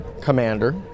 commander